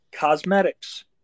cosmetics